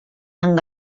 amb